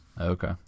okay